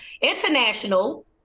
international